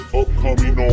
upcoming